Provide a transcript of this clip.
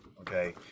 Okay